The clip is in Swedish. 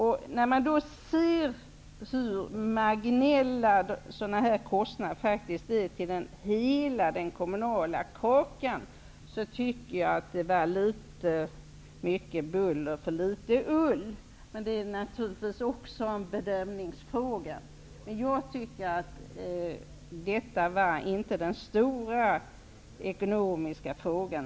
När man ser hur marginella dessa kostnader är i förhållande till hela den kommunala kakan, tycker jag att det är mycket väsen för litet ull. Det är naturligtvis en bedömningsfråga. Detta är inte den stora ekonomiska frågan.